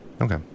Okay